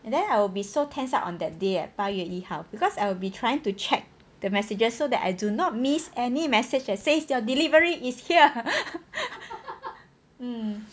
and then I'll be so tense out on that day ah 八月一号 because I will be trying to check the messages so that I do not miss any message that says your delivery is here um